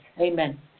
Amen